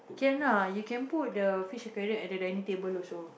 can ah you can put the fish aquarium at the dining table also